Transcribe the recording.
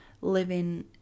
living